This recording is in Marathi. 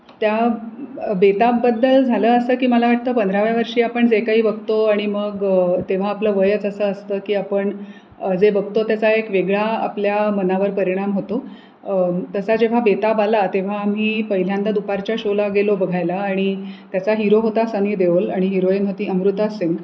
त्या बेताबबद्दल झालं असं की मला वाटतं पंधराव्या वर्षी आपण जे काही बघतो आणि मग तेव्हा आपलं वयच असं असतं की आपण जे बघतो त्याचा एक वेगळा आपल्या मनावर परिणाम होतो तसा जेव्हा बेताब आला तेव्हा आम्ही पहिल्यांदा दुपारच्या शोला गेलो बघायला आणि त्याचा हिरो होता सनी देवोल आणि हिरोईन होती अमृता सिंग